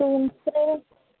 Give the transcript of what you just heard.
room spray